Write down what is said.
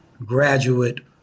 graduate